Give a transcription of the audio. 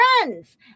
friends